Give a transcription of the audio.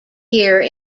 here